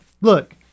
look